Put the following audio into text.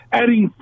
adding